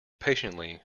patiently